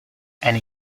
and